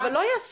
אבל לא יעשו.